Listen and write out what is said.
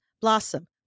Blossom